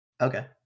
Okay